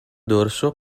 dorso